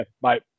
Bye